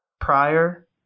prior